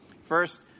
First